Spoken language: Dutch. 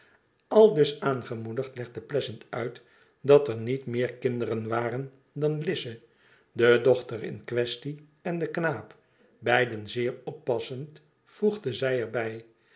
aldus aangemoedigd legde pleasant uit dat er niet meer kinderen waren dan lize de dochter in quaestie en de knaap beiden zeer oppassend voegde zij er